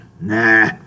nah